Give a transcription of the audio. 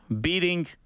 beating